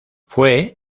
fue